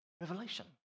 Revelation